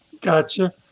Gotcha